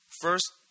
First